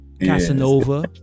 Casanova